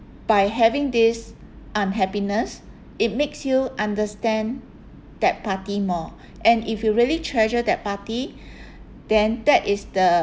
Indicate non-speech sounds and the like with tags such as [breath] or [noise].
by having this unhappiness it makes you understand that party more and if you really treasure that party [breath] then that is the